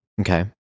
Okay